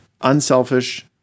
Unselfish